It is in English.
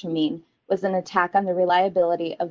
to mean was an attack on the reliability of